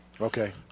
Okay